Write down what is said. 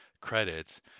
credits